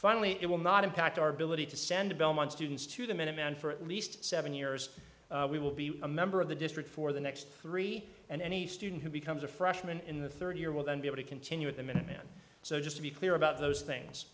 finally it will not impact our ability to send belmont students to the minuteman for at least seven years we will be a member of the district for the next three and any student who becomes a freshman in the third year will then be able to continue with the minutemen so just to be clear about those things